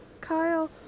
Kyle